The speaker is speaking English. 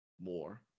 more